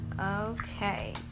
Okay